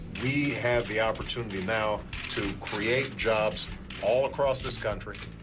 we have the opportunity now to create jobs all across this country,